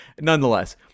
nonetheless